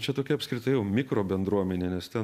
čia tokia apskritai jau mikrobendruomenė nes ten